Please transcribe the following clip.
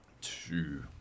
two